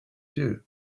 too